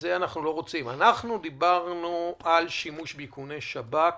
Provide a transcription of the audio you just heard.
אנחנו דיברנו על שימוש באיכוני שב"כ